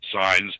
signs